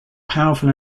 powerful